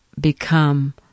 become